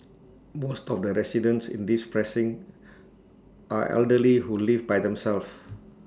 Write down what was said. most of the residents in this precinct are elderly who live by themselves